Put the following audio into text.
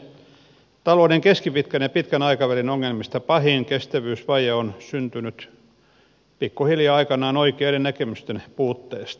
talouden keskipitkän ja pitkän aikavälin ongelmista pahin kestävyysvaje on syntynyt pikkuhiljaa aikanaan oikeiden näkemysten puutteesta